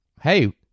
hey